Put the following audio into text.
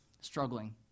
struggling